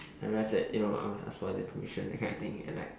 I realised that you know I must ask for their permission that kind of thing and like